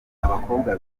abakobwa